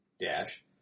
Dash